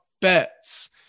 bets